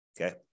okay